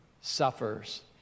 suffers